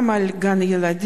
גם על גן-ילדים,